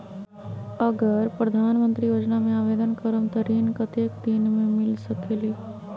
अगर प्रधानमंत्री योजना में आवेदन करम त ऋण कतेक दिन मे मिल सकेली?